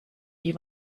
die